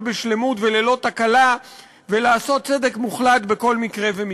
בשלמות וללא תקלה ולעשות צדק מוחלט בכל מקרה ומקרה.